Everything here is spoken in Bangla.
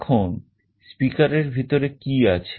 এখন speaker এর ভিতরে কি আছে